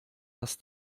das